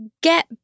get